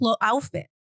outfit